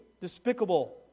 despicable